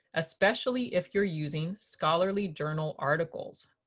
especially if you're using scholarly journal articles.